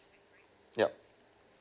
yup